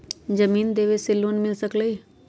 जमीन देवे से लोन मिल सकलइ ह?